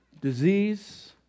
disease